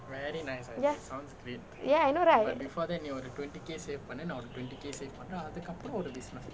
ya ya I know right